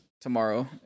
tomorrow